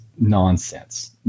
nonsense